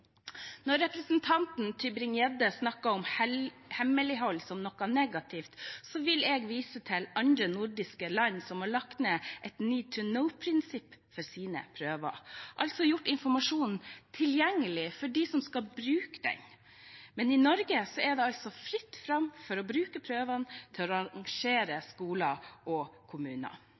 Når representanten Tybring-Gjedde snakket om hemmelighold som noe negativt, så vil jeg vise til andre nordiske land, som har lagt ned et «need-to-know»-prinsipp for sine prøver, altså gjort informasjonen tilgjengelig for dem som skal bruke den. Men i Norge er det altså fritt fram for å bruke prøvene til å rangere skoler og kommuner.